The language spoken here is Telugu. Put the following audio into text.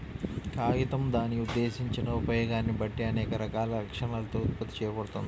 కాగితం దాని ఉద్దేశించిన ఉపయోగాన్ని బట్టి అనేక రకాల లక్షణాలతో ఉత్పత్తి చేయబడుతుంది